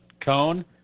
cone